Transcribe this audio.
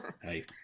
hey